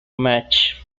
match